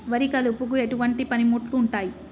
వరి కలుపుకు ఎటువంటి పనిముట్లు ఉంటాయి?